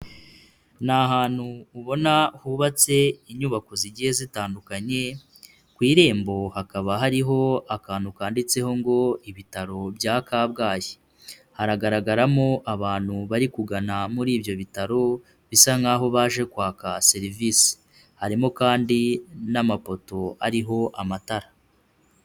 Ni ahantu ubona hubatse inyubako zigiye zitandukanye, ku irembo hakaba hariho akantu kanditseho ngo ibitaro bya Kabgayi, haragaragaramo abantu bari kugana muri ibyo bitaro bisa nkaho baje kwaka serivisi, harimo kandi n'amapoto ariho amatara.